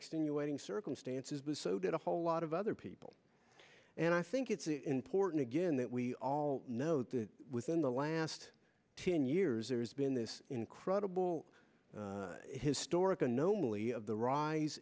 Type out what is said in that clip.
extenuating circumstances the so did a whole lot of other people and i think it's important again that we all know that within the last ten years there's been this incredible historic u